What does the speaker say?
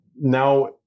now